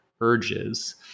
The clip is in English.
urges